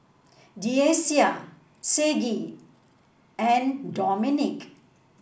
Deasia Saige and Dominic